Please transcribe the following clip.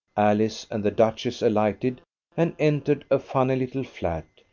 alice and the duchess alighted and entered a funny little flat,